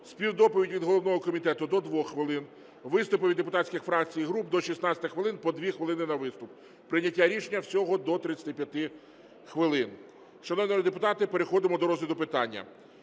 Співдоповідь від головного комітету – до 2 хвилин, виступи від депутатських фракцій і груп – до 16 хвилин (по 2 хвилини на виступ). Прийняття рішення – всього до 35 хвилин. Шановні народні депутати, переходимо до розгляду питання.